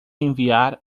enviar